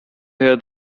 hear